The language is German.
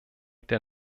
der